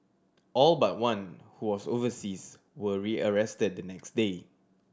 all but one who was overseas were rearrested the next day